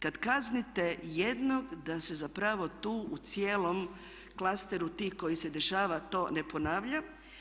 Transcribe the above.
Kad kaznite jednog da se zapravo tu u cijelom klasteru tih koji se dešava to ne ponavlja.